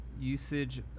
usage